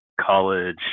college